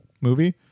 movie